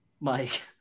Mike